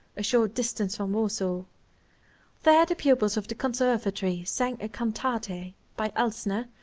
a short distance from warsaw. there the pupils of the conservatory sang a cantata by elsner,